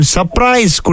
surprise